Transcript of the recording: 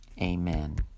Amen